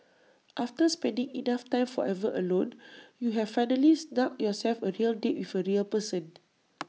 after spending enough time forever alone you have finally snugged yourself A real date with A real person